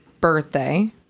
birthday